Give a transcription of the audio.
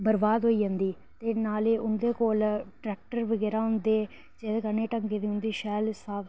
बर्बाद होई जंदी ते नाले उन्दे कोल ट्रैक्टर बगैरा हुंदे जेह्दे कन्नै ढंगै दी उंदी शैल साफ